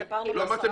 גם בזה יש